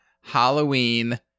Halloween